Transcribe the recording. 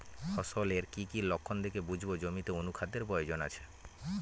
ফসলের কি কি লক্ষণ দেখে বুঝব জমিতে অনুখাদ্যের প্রয়োজন আছে?